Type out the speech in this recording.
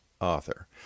author